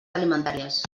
alimentàries